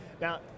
Now